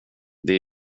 det